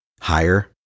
higher